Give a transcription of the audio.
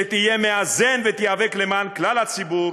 שתהיה מאזן ותיאבק למען כלל הציבור,